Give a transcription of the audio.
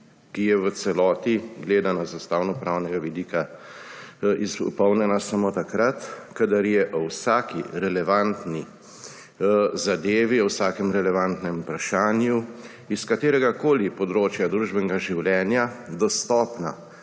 ki je, v celoti gledana z ustavnopravnega vidika, izpopolnjena samo takrat, kadar je o vsaki relevantni zadevi, o vsakem relevantnem vprašanju s kateregakoli področja družbenega življenja dostopna